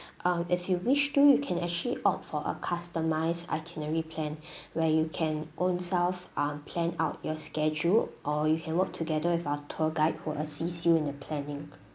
um if you wish to you can actually opt for a customized itinerary plan where you can own self um plan out your schedule or you can work together with our tour guide who assist you in the planning